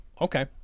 Okay